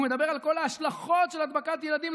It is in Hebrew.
הוא מדבר על כל ההשלכות של הדבקת ילדים.